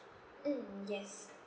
mm yes